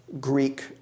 Greek